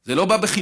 זה לא בא בחינם,